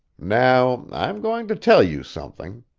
now i am going to tell you something.